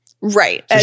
Right